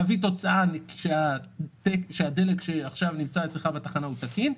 להביא תוצאה שהדלק שעכשיו נמצא אצלך תקין.